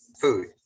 food